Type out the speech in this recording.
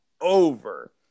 over